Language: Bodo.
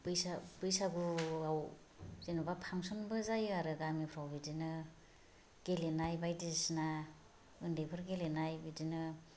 बैसागुआव जेनेबा फांसनबो जायो आरो गामिफ्राव बिदिनो गेलेनाय बायदिसिना उन्दैफोर गेलेनाय बिदिनो